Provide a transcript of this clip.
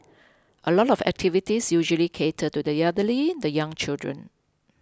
a lot of activities usually cater to the elderly the young children